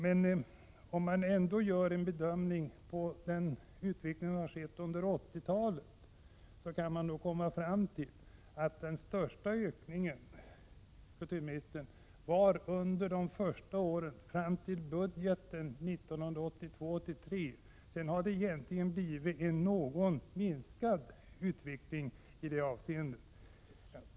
Men om man gör en bedömning av utvecklingen under 1980-talet kan man komma fram till att den största ökningen ägde rum under de första åren, fram till budgeten 1982/83. Sedan har det blivit en minskning i det avseendet.